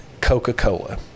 Coca-Cola